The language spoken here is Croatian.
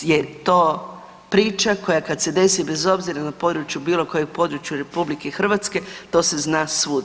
je to priča koja kad se desi bez obzira na području, bilo kojem području RH to se zna svud.